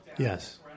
Yes